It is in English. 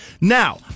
Now